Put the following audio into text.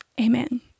amen